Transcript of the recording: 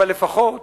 אבל לפחות